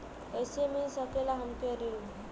कइसे मिल सकेला हमके ऋण?